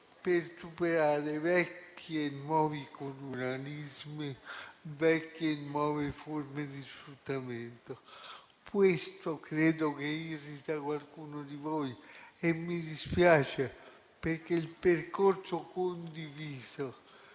per superare vecchi e nuovi colonialismi e vecchie e nuove forme di sfruttamento. Questo credo che irriti qualcuno di voi e ciò mi dispiace, perché il percorso condiviso,